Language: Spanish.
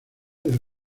del